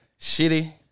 Shitty